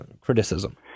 criticism